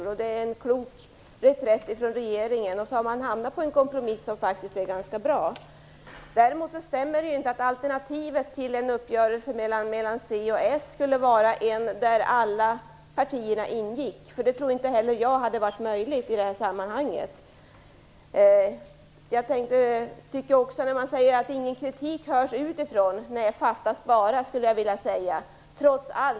Det är även en klok reträtt av regeringen. Nu har man hamnat på en kompromiss som faktiskt är ganska bra. Däremot stämmer det inte att alternativet till en uppgörelse mellan Centern och Socialdemokraterna skulle vara en där alla partier ingick. Jag tror inte att det hade varit möjligt i det här sammanhanget. När det sägs att ingen kritik hörs utifrån skulle jag vilja säga: Fattas bara!